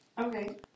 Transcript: Okay